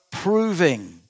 Proving